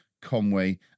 Conway